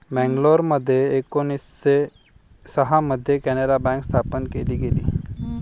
मंगलोरमध्ये एकोणीसशे सहा मध्ये कॅनारा बँक स्थापन केली गेली